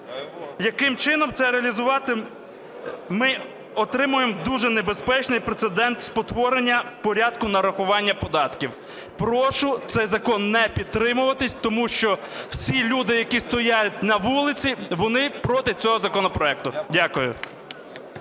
Яким чином це реалізувати? Ми отримаємо дуже небезпечний прецедент спотворення порядку нарахування податків. Прошу цей закон не підтримувати, тому що всі люди, які стоять на вулиці, вони проти цього законопроекту. Дякую.